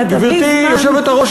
גברתי היושבת-ראש,